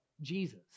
Jesus